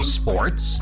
sports